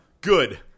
Good